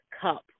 cup